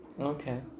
Okay